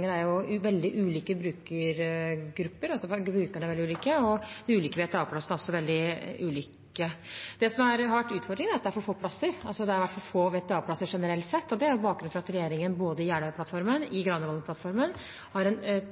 er veldig ulike brukergrupper – brukerne er veldig ulike – og de ulike VTA-plassene er også veldig ulike. Det som har vært utfordringen, er at det har vært for få VTA-plasser generelt sett. Det er bakgrunnen for at regjeringen i både Jeløya-plattformen og Granavolden-plattformen har en